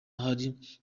hari